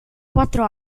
quattro